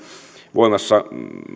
voimassa